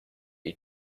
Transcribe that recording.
you